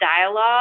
dialogue